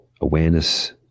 Awareness